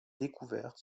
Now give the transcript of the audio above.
découverte